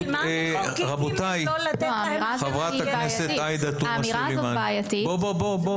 זו אמירה שהיא בעייתית.